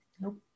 nope